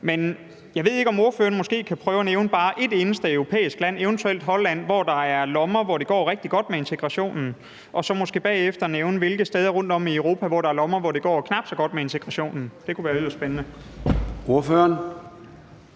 men jeg ved ikke, om ordføreren måske kan prøve at nævne bare et enkelt europæisk land, eventuelt Holland, hvor der er lommer, hvor det går rigtig godt med integrationen, og så måske bagefter nævne, hvilke steder rundtom i Europa, hvor der er lommer, hvor det går knap så godt med integrationen. Det kunne være yderst spændende. Kl.